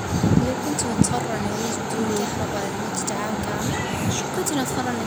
اه نرجع لحياة البدو جبل نستغل النهار في الشغل اه والليل للراحة اه نستعمل